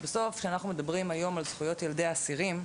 בסוף כשאנחנו מדברים היום על זכויות ילדי אסירים,